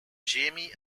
jamie